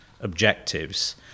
objectives